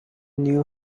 knew